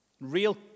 Real